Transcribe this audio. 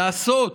לעשות.